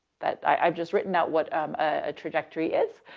that, i i i've just written out what, um, ah, a trajectory is,